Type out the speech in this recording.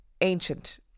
ancient